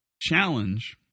challenge